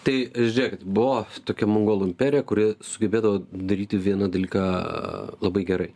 tai žiūrėkit buvo tokia mongolų imperija kuri sugebėdavo daryti vieną dalyką labai gerai